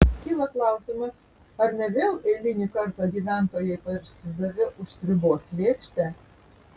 kyla klausimas ar ne vėl eilinį kartą gyventojai parsidavė už sriubos lėkštę